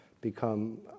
become